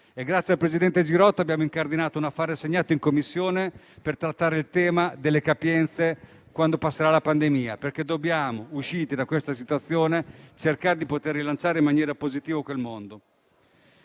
Grazie al presidente Girotto, abbiamo incardinato un affare assegnato in Commissione per trattare il tema delle capienze quando passerà la pandemia. Usciti da questa situazione, dobbiamo cercare di rilanciare in maniera positiva quel mondo,